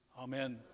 Amen